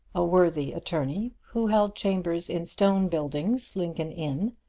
a worthy attorney, who held chambers in stone buildings, lincoln's inn,